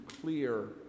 clear